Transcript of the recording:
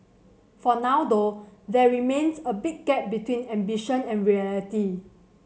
for now though there remains a big gap between ambition and reality